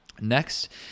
Next